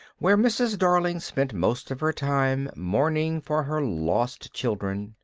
where mrs. darling spent most of her time mourning for her lost children,